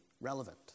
relevant